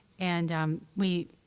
and we.